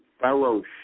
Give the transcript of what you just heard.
fellowship